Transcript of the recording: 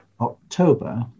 October